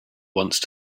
once